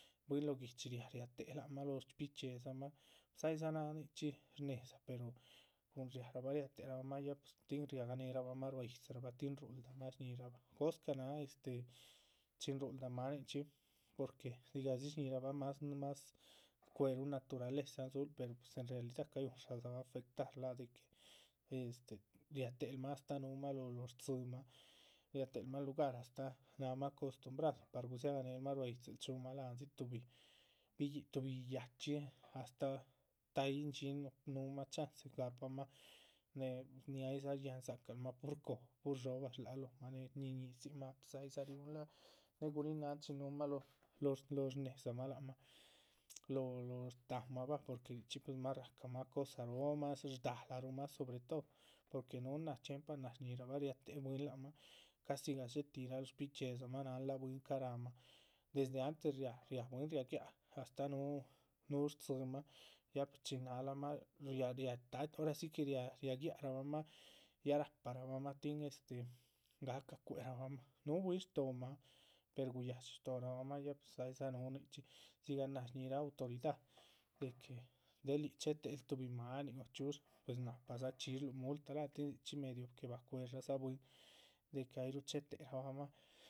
Bwí lóho guihdxi riáha riá tehe lac mah lóho shbichxíedzamah cháyihdza náha nichxí shnéhedza pero cun riáharabah riatéherabamah ya pues tin riáganeherabamah. ruá yídzirabah tin rúhuldamah shñíhirabah, jóscah náha este chin rúhulda máanichxi porque dzigadzi shñíhirabah más más cuéh naturalezan dzúhulu per en realidad. cayuhunradzabah afectar lác, este riatéhelmah astáh núhumah lóho stzímah riatéhelmah lugar astáh náhmah acostumbrado par gudzia ganehelmah ruá yídzil, riúmah láhandzi. tuhbi bihi tuh biyachxí astáh táyihn dxíhin núhumah chance, gahpamah née nin aydza shyáhandza calmah pur cobah pur dhxóbah shláhal loh mah néhe nin shñízinmah. pues aydza ríuhun láac née guríhin náhan chin riúhuma lóho, lóho shnéhedzamah lac mah lóh lóho shtáhanmah bah porque richxí pues mas rahcahanmah cosaróo, más shdalarumah. sobre todo, porque núhun náh chxiempa náh náharabah riatéhe bwín lac mah casi gadxé tihira shbichxíedzamah náhanla bwín ca´ ráhamah desde antes riáha bwín ria giá. astáh núhu núhu stdzímaha ya pues chin náhalamah riá riatachxí ora si que riá riágiarabamah ya rahparabamah tin este, gahca cuerabahmah núhu bwín shtóhomah per guyáhadxi. shtóhorabahmah ya pues aydza núhun nichxí dzigah náha shníhirabah autoridad de que del yíc chéhe téhec tuhbi máanin nin chxíush de nin náhpadza chxísluh multah bah. tin nichxí medio que bacuedzabah bwín de que ayrúhu chéhetec rabahmah.